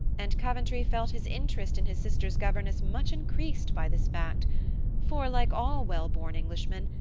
and coventry felt his interest in his sister's governess much increased by this fact for, like all wellborn englishmen,